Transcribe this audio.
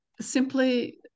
simply